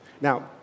Now